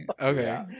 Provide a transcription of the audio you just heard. okay